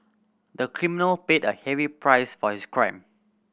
the criminal paid a heavy price for his crime